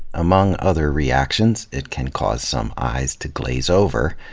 among other reactions, it can cause some eyes to glaze over.